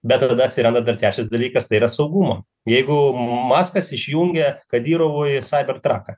bet tada atsiranda dar trečias dalykas tai yra saugumo jeigu makas išjungė kadirovui saiber traką